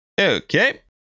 Okay